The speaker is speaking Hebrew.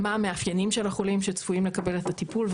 מה המאפיינים של החולים שצפויים לקבל את הטיפול?